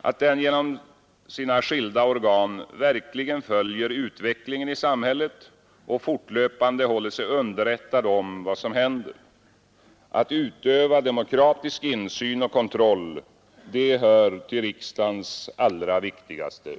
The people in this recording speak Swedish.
att den genom sina skilda organ verkligen följer utvecklingen i samhället och fortlöpande håller sig underrättad om vad som händer. Att utöva demokratisk insyn och kontroll hör till riksdagens allra viktigaste